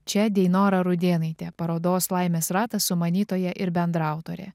čia deinora rudėnaitė parodos laimės ratas sumanytoja ir bendraautorė